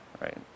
right